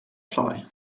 fly